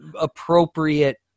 appropriate